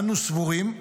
אנו סבורים,